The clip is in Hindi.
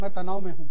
मैं तनाव में हूँ